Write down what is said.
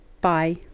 bye